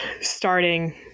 starting